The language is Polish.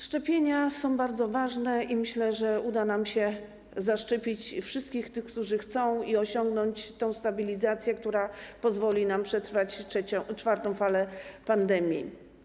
Szczepienia są bardzo ważne i myślę, że uda nam się zaszczepić wszystkich tych, którzy tego chcą i chcą osiągnąć stabilizację, która pozwoli nam przetrwać czwartą falę pandemii.